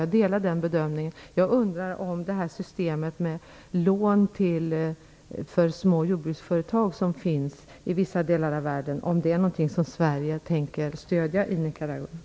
Jag delar den bedömningen, men jag undrar om systemet med lån till de små jordbruksföretag som finns i vissa delar av världen är något som Sverige tänker stödja i Nicaragua.